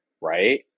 right